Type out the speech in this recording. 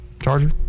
Charger